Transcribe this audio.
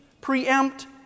preempt